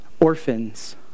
orphans